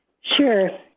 Sure